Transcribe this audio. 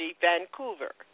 Vancouver